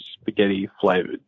spaghetti-flavored